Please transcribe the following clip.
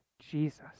Jesus